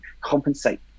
compensate